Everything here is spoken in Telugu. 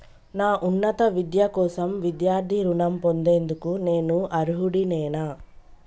నా ఉన్నత విద్య కోసం విద్యార్థి రుణం పొందేందుకు నేను అర్హుడినేనా?